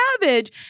cabbage